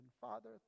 Father